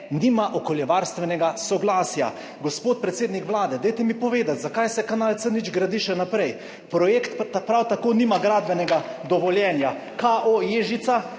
»Nima okoljevarstvenega soglasja.« Gospod predsednik Vlade, dajte mi povedati: Zakaj se kanala C0 gradi še naprej? Projekt prav tako nima gradbenega dovoljenja. KO Ježica,